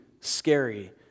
scary